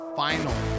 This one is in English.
final